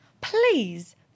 please